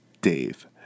Dave